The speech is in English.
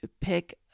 pick